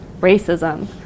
racism